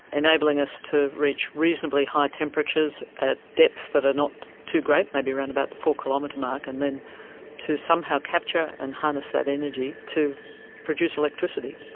enabling us to reach reasonably high temperatures at depths that are not too great, maybe around the four kilometre mark, and then to somehow capture and harness that energy to produce electricity.